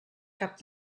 cap